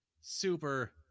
super